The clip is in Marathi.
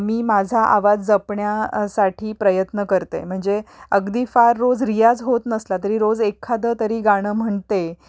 मी माझा आवाज जपण्या साठी प्रयत्न करते म्हणजे अगदी फार रोज रियाज होत नसला तरी रोज एखादं तरी गाणं म्हणते